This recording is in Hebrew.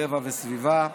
טבע וסביבה.